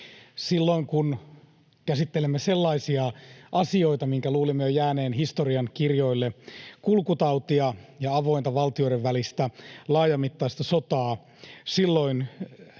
Silloin, kun käsittelemme sellaisia asioita, joiden luulimme jo jääneen historiankirjoille, kulkutautia ja avointa valtioiden välistä laajamittaista sotaa, keskiöön